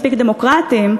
מספיק דמוקרטיים,